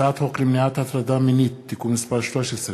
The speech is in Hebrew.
הצעת חוק למניעת הטרדה מינית (תיקון מס' 13),